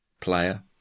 player